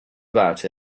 about